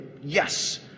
yes